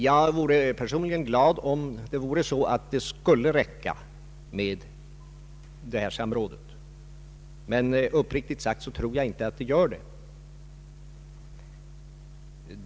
Jag vore personligen glad om det skulle räcka med detta samråd, men uppriktigt sagt tror jag inte att det gör det.